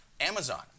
Amazon